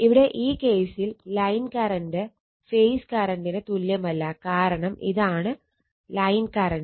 ഇവിടെ ഈ കേസിൽ ലൈൻ കറണ്ട് ഫേസ് കറണ്ടിന് തുല്യമല്ല കാരണം ഇതാണ് ലൈൻ കറണ്ട്